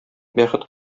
бәхет